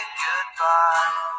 goodbye